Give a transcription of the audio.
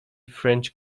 french